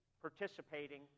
participating